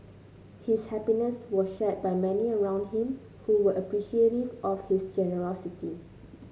his happiness was shared by many around him who were appreciative of his generosity